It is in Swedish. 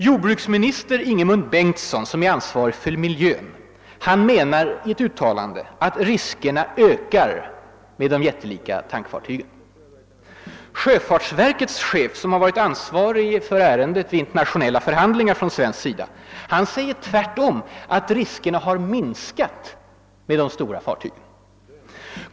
Jordbruksminister Ingemund Bengtsson, som har ansvaret för miljön, menar enligt ett uttalande att riskerna ökar med användningen av de jättelika tankfartygen. Sjöfartsverkets chef, som på svenskt håll varit den ansvarige för denna angelägenhet vid internationella förhandlingar, uttalar tvärtom att riskerna har minskat med de stora fartygen.